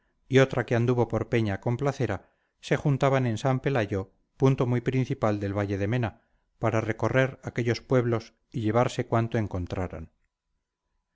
y otra que anduvo por peña complacera se juntaban en san pelayo punto muy principal del valle de mena para recorrer aquellos pueblos y llevarse cuanto encontraran